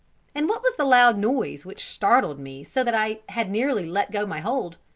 and what was the loud noise which startled me so that i had nearly let go my hold?